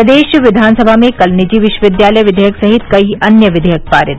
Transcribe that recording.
प्रदेश विधानसभा में कल निजी विश्वविद्यालय विधेयक सहित कई अन्य विधेयक पारित